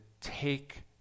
take